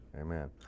amen